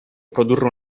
produrre